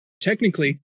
technically